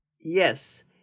Yes